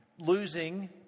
losing